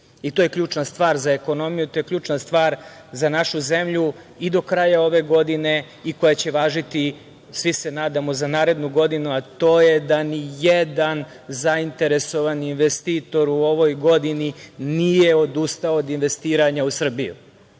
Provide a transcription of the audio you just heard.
i to je ključna stvar za ekonomiju, to je ključna stvar za našu zemlju i do kraja ove godine i koje će važiti, svi se nadamo, i za narednu godinu, a to je da ni jedan zainteresovani investitor u ovo godini nije odustao od investiranja u Srbiju.